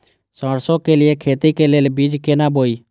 सरसों के लिए खेती के लेल बीज केना बोई?